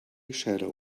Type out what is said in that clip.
shadow